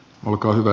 olkaa hyvä